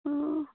ꯑꯣ